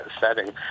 setting